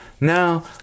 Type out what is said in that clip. Now